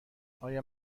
آیا